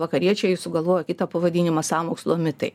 vakariečiai sugalvojo kitą pavadinimą sąmokslo mitai